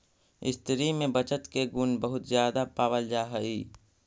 स्त्रि में बचत के गुण बहुत ज्यादा पावल जा हई